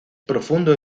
profundo